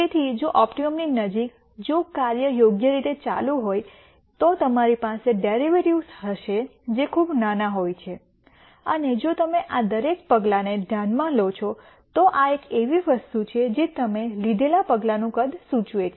તેથી જો ઓપ્ટિમમની નજીક જો કાર્ય યોગ્ય રીતે ચાલુ હોય તો તમારી પાસે ડેરિવેટિવ્ઝ હશે જે ખૂબ જ નાના હોય છે અને જો તમે આ દરેક પગલાંને ધ્યાનમાં લો છો તો આ એક એવી વસ્તુ છે જે તમે લીધેલા પગલાનું કદ સૂચવે છે